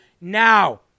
now